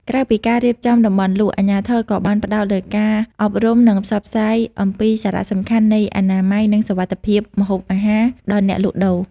ក្រៅពីការរៀបចំតំបន់លក់ អាជ្ញាធរក៏បានផ្តោតលើការអប់រំ និងផ្សព្វផ្សាយអំពីសារៈសំខាន់នៃ អនាម័យ និងសុវត្ថិភាពម្ហូបអាហារ ដល់អ្នកលក់ដូរ ។